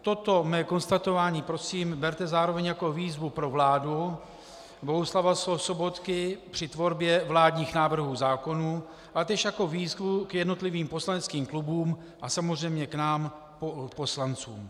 Toto mé konstatování prosím berte zároveň jako výzvu pro vládu Bohuslava Sobotky při tvorbě vládních návrhů zákonů a též jako výzvu k jednotlivým poslaneckým klubům a samozřejmě k nám poslancům.